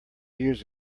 years